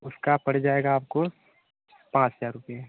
उसका पड़ जाएगा आपको पाँच हजार रुपिया